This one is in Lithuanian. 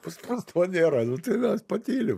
pas mus to nėra nu tai mes patylim